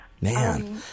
Man